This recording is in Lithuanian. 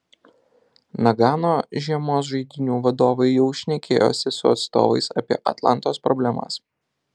nagano žiemos žaidynių vadovai jau šnekėjosi su atstovais apie atlantos problemas